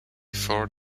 for